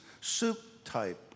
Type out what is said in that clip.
soup-type